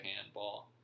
handball